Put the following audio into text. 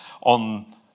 on